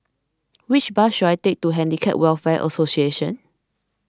which bus should I take to Handicap Welfare Association